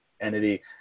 entity